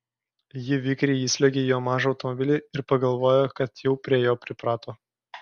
ji vikriai įsliuogė į jo mažą automobilį ir pagalvojo kad jau prie jo priprato